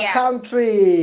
country